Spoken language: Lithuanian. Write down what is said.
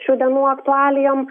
šių dienų aktualijom